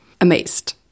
amazed